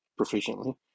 proficiently